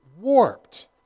warped